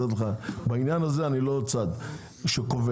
בעניין הזה אני לא צד שקובע.